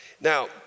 Now